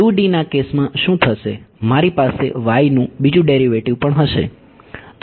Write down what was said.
2D ના કેસમાં શું થશે મારી પાસે y નું બીજું ડેરિવેટિવ પણ હશે